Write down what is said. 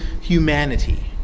humanity